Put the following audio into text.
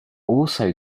also